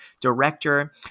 director